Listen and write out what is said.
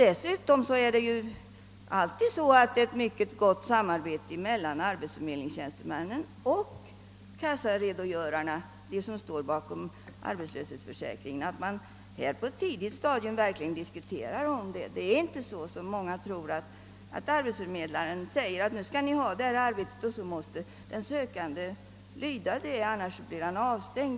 Dessutom är det alltid ett mycket gott samarbete mellan arbetsförmedlingstjänstemännen och kassaredogörarna — de som handlägger ärenden rörande arbetslöshetsförsäkringen. Man diskuterar verkligen ärendena på ett tidigt stadium. Det är inte så, som många tror, att arbetsförmedlaren säger att en sökande skall ha ett visst arbete och måste ta det — annars blir han avstängd.